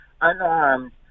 unarmed